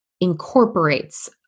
incorporates